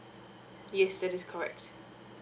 yes that is correct